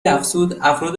افزودافراد